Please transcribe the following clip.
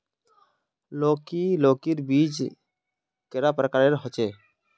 लौकी लौकीर बीज कैडा प्रकारेर होचे?